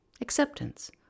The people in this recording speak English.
acceptance